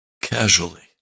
casually